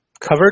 covered